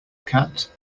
cat